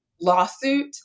lawsuit